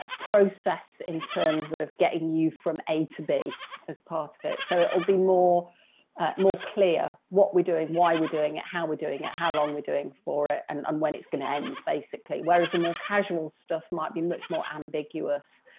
ah process in terms of getting you from a to b as part of it. so it will be more more clear what we're doing, why we're doing it, how we're doing it, how long we're doing for it, and um when it's going to end. whereas the more casual stuff might be much more ambiguous,